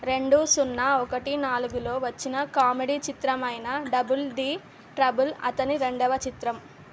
రెండు సున్నా ఒకటి నాలుగులో వచ్చిన కామెడీ చిత్రం అయిన డబుల్ ది ట్రబుల్ అతని రెండవ చిత్రం